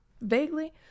vaguely